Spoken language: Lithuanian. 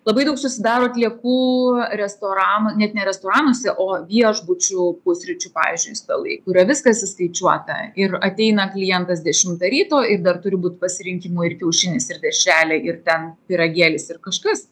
labai daug susidaro atliekų restorano net ne restoranuose o viešbučių pusryčių pavyzdžiui stalai kur yra viskas įskaičiuota ir ateina klientas dešimtą ryto ir dar turi būt pasirinkimo ir kiaušinis ir dešrelė ir ten pyragėlis ir kažkas